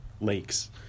lakes